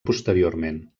posteriorment